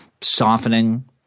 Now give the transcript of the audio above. softening